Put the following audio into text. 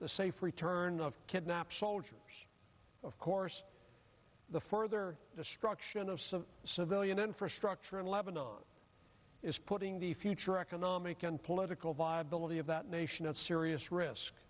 the safe return of kidnapped soldiers of course the further destruction of some civilian infrastructure in lebanon on is putting the future economic and political viability of that nation at serious risk